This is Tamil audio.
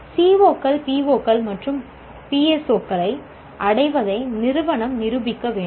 சிஓக்கள் பிஓக்கள் மற்றும் PO க்களை அடைவதை நிறுவனம் நிரூபிக்க வேண்டும்